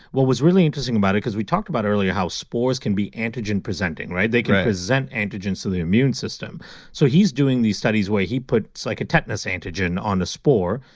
what was really interesting about it, cause we talked about earlier how spores can be antigen presenting. they can present antigens to the immune system so he's doing these studies where he puts like a tetanus antigen on a spore,